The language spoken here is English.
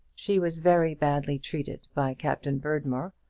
she was very badly treated by captain berdmore,